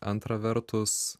antra vertus